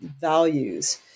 values